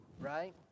right